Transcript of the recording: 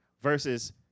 Versus